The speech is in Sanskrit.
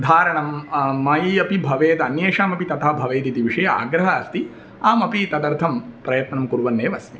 धारणं मयि अपि भवेदन्येषामपि तथा भवेदिति विषयस्य आग्रहः अस्ति अहमपि तदर्थं प्रयत्नं कुर्वन्नेव अस्मि